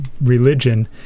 religion